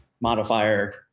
modifier